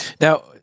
Now